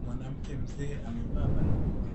Mwanamke mzee amevaa barakoa.